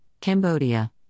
Cambodia